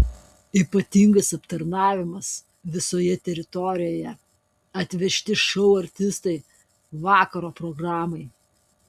ypatingas aptarnavimas visoje teritorijoje atvežti šou artistai vakaro programai